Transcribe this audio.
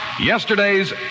Yesterday's